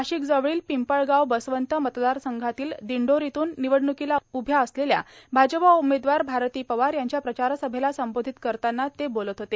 नाशिकजवळील पिंपळ्याव बसवंत मतदारसंघातील दिंडोरीतून निवडणुकीला उभ्या असलेल्या भाजपा उमेदवार भारती पवार यांच्या प्रचारसभेला संबोधित करतांना ते बोलत होते